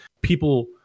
people